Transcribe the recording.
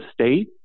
state